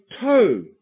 toe